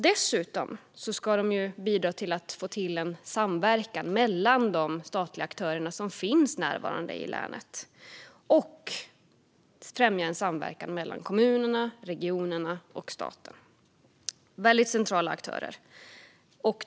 Länsstyrelserna ska dessutom bidra till samverkan mellan de statliga aktörer som är närvarande i länet och främja samverkan mellan kommunerna, regionerna och staten. De är centrala aktörer.